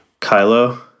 Kylo